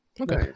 Okay